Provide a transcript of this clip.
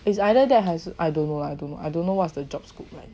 is either that 还是 I don't know I don't I don't know what's the job scope